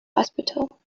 hospital